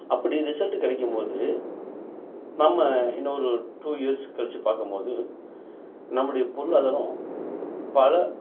அப்படி ரிசல்ட் கிடைக்கம் போது நம்ம இன்னும் ஒரு டூ இயர்ஸ் கழித்து பார்க்கம் போது நம்மளுடைய பொருளாதாரம் பல